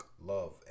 Love